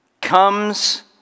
comes